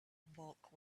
bulk